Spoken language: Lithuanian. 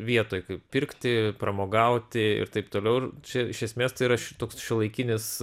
vietoj kaip pirkti pramogauti ir taip toliau ir čia iš esmės tai yra toks šiuolaikinis